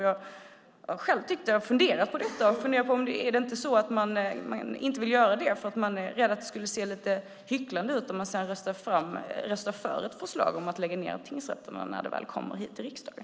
Jag har funderat på om det är så att man inte vill göra det för att man är rädd att det skulle se lite hycklande ut om man sedan röstar för ett förslag om att lägga ned tingsrätterna när det väl kommer hit till riksdagen.